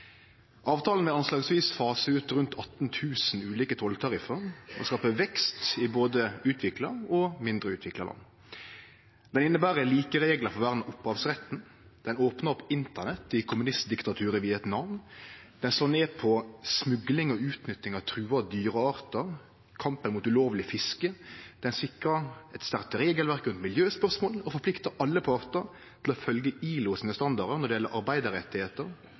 Avtalen vil anslagsvis fase ut rundt 18 000 ulike tolltariffar og skape vekst i både utvikla og mindre utvikla land. Det inneber like reglar for vern av opphavsretten. Han opnar opp Internett i kommunistdiktaturet Vietnam. Han slår ned på smugling og utnytting av trua dyreartar, kampen mot ulovleg fiske. Han sikrar eit sterkt regelverk rundt miljøspørsmål og forpliktar alle partar til å følgje ILO sine standardar når det gjeld